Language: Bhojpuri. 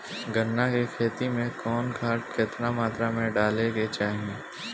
गन्ना के खेती में कवन खाद केतना मात्रा में डाले के चाही?